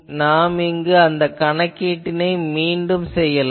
நாம் இங்கு அந்த கணக்கினை மீண்டும் செய்யலாம்